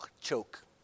Choke